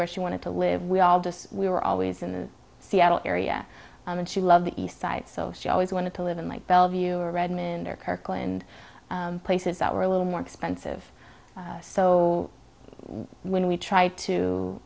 where she wanted to live we all just we were always in the seattle area and she loved the east side so she always wanted to live in like bellevue or redmond or kirkland places that were a little more expensive so when we tr